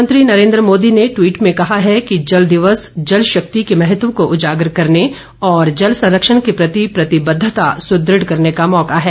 प्रधानमंत्री नरेन्द्र मोदी ने टवीट में कहा है कि जल दिवस जल शक्ति के महत्व को उजागर करने और जल संरक्षण के प्रति प्रतिबद्वता सुदृढ़ करने का मौका है